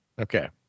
Okay